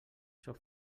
sóc